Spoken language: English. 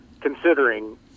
considering